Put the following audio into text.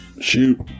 Shoot